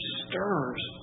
stirs